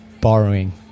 borrowing